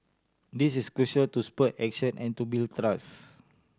this is crucial to spur action and to build trust